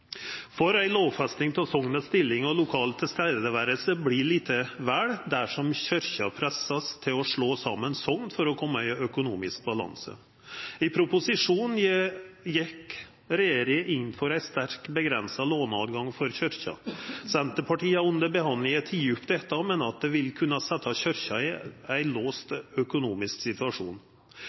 Ei lovfesting av stillinga til soknet og lokalt nærvære vert lite verdt dersom Kyrkja vert pressa til å slå saman sokn for å koma i økonomisk balanse. I proposisjonen gjekk regjeringa inn for ei sterkt avgrensa lånetilgang for Kyrkja. Senterpartiet har teke dette opp under behandlinga og meiner at det vil kunna setja Kyrkja i ein låst økonomisk situasjon.